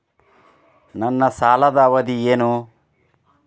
ನನ್ನ ಸಾಲದ ಅವಧಿ ಏನು?